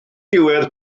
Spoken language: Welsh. diwedd